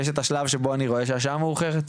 יש את השלב שבו אני רואה שהשעה מאוחרת,